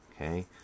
okay